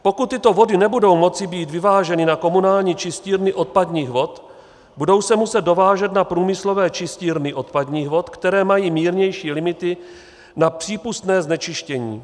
Pokud tyto vody nebudou moci být vyváženy na komunální čistírny odpadních vod, budou se muset dovážet na průmyslové čistírny odpadních vod, které mají mírnější limity na přípustné znečištění.